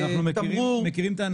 אנחנו מכירים את האנשים.